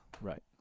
Right